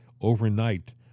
overnight